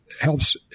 helps